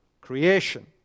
creation